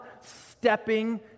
stepping